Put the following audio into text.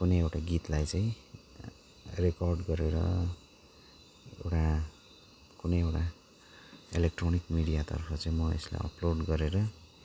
कुनै एउटा गीतलाई चाहिँ रेकर्ड गरेर एउटा कुनै एउटा इलोक्ट्रोनिक मिडियातर्फ चाहिँ म यसलाई अपलोड गरेर